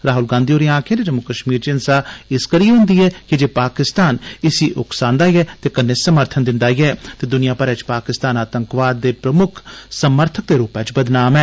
राहुल गांधी होरें आक्खेआ जम्मू कश्मीर च हिस्सा इस करियै होंदा ऐ की जे पाकिस्तान इसी उक्सांदा ऐ ते कन्नै समर्थन दित्ता ऐ ते दुनिया भरै च पाकिस्तान आतंकवाद दे प्रमुक्ख समर्थक दे रूपै च बदनाम ऐ